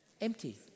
empty